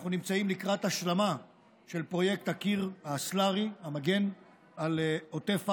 אנחנו נמצאים לקראת השלמה של פרויקט הקיר הסלארי המגן על עוטף עזה,